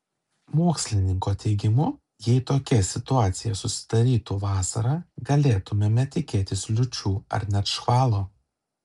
mokslininko teigimu jei tokia situacija susidarytų vasarą galėtumėme tikėtis liūčių ar net škvalo